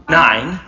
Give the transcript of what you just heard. nine